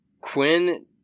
Quinn